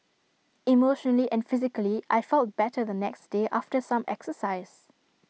emotionally and physically I felt better the next day after some exercise